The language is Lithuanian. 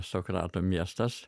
sokrato miestas